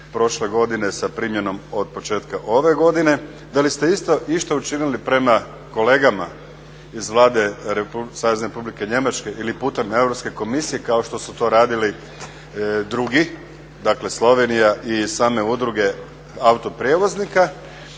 prošle godine sa primjenom od početka ove godine. Da li ste išta učinili prema kolegama iz Vlade Savezne Republike Njemačke ili putem Europske komisije kao što su to radili drugi, dakle Slovenija i same udruge autoprijevoznika